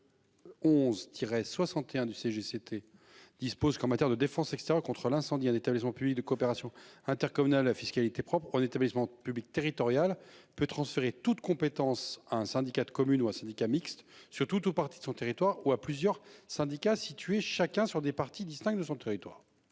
Tiret 61 du CGCT dispose qu'en matière de défense et cetera contre l'incendie à l'État les ont publics de coopération intercommunale à fiscalité propre on établissement public territorial peut transférer toute compétence à un syndicat de communes ou un syndicat mixte surtout tout partie de son territoire ou à plusieurs syndicats située chacun sur des parties distinctes de son territoire.